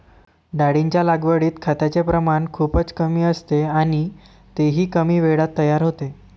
डाळींच्या लागवडीत खताचे प्रमाण खूपच कमी असते आणि तेही कमी वेळात तयार होते